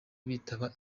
bitaba